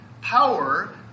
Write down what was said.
power